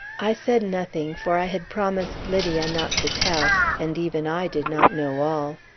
i said nothing, for i had promised lydia not to tell and even i did not know all.